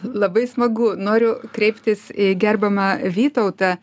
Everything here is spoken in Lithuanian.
labai smagu noriu kreiptis į gerbiamą vytautą